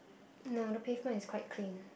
no the pavement is quite clean